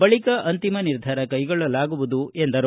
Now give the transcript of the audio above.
ಬಳಿಕ ಅಂತಿಮ ನಿರ್ಧಾರ ಕೈಗೊಳ್ಳಲಾಗುವುದು ಎಂದರು